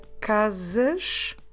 casas